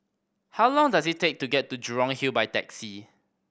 how long does it take to get to Jurong Hill by taxi